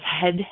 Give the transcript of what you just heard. head